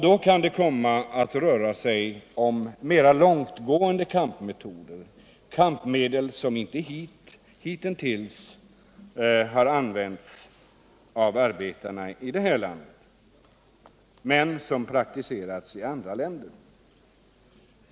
Det kan därvid komma att röra sig om mer långtgående kampmedel, som hittintills inte använts av arbetarna i vårt land, men som praktiserats av arbetare i andra länder.